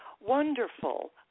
wonderful